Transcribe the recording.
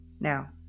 Now